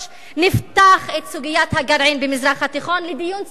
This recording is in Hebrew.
נפתח את סוגיית הגרעין במזרח התיכון לדיון ציבורי,